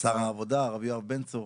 שר העבודה, יואב בן צור,